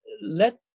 let